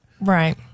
Right